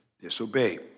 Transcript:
disobey